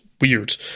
weird